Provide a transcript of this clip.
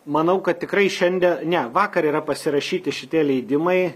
manau kad tikrai šiandie ne vakar yra pasirašyti šitie leidimai